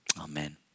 Amen